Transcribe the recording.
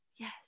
Yes